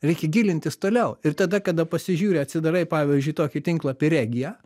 reikia gilintis toliau ir tada kada pasižiūri atsidarai pavyzdžiui tokį tinklapį regija